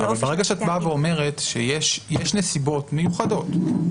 אבל ברגע כשאת אומרת שיש נסיבות מיוחדות,